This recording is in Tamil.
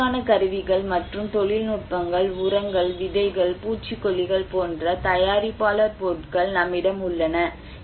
உற்பத்திக்கான கருவிகள் மற்றும் தொழில்நுட்பங்கள் உரங்கள் விதைகள் பூச்சிக்கொல்லிகள் போன்ற தயாரிப்பாளர் பொருட்கள் நம்மிடம் உள்ளன